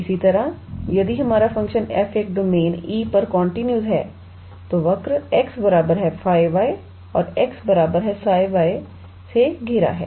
इसी तरह यदि हमारा फ़ंक्शन f एक डोमेन E पर कॉन्टीन्यूज़ है जो वक्र 𝑥 𝜑 𝑦 और 𝑥 𝜓 𝑦 से घिरा है